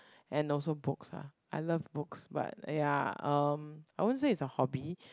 and also books lah I love books but ya um I won't say is a hobby